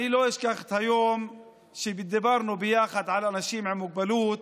אני לא אשכח את היום שבו דיברנו ביחד על אנשים עם מוגבלות,